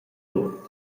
tut